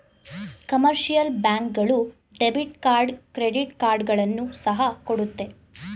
commercial bank ಗಳು debit card credit ಕಾರ್ಡ್ಗಳನ್ನು ಸಹ ಕೊಡುತ್ತೆ